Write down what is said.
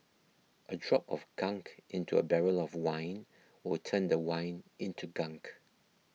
a drop of gunk into a barrel of wine will turn the wine into gunk